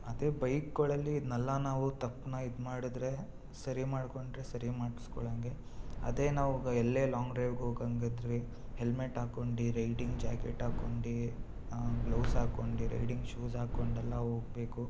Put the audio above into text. ಅದೇ ಬೈಕ್ಗಳಲ್ಲಿ ಇದ್ನೆಲ್ಲ ನಾವು ತಪ್ಪನ್ನ ಇದು ಮಾಡಿದರೆ ಸರಿ ಮಾಡಿಕೊಂಡ್ರೆ ಸರಿ ಮಾಡಿಸ್ಕೊಳಂಗೆ ಅದೆ ನಾವು ಎಲ್ಲೇ ಲಾಂಗ್ ಡ್ರೈವಿಗೋಗಂಗೆ ಇದ್ವಿ ಹೆಲ್ಮೆಟ್ ಹಾಕೊಂಡಿ ರೈಡಿಂಗ್ ಜಾಕೆಟ್ ಹಾಕೊಂಡಿ ಗ್ಲವ್ಸ್ ಹಾಕೊಂಡಿ ರೈಡಿಂಗ್ ಶೂಸ್ ಹಾಕ್ಕೊಂಡೆಲ್ಲ ಹೋಗ್ಬೇಕು